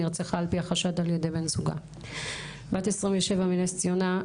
נרצחה על פי החשד על ידי בן זוגה .בת 27 מנס ציונה,